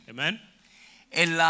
Amen